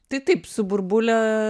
tai taip su burbule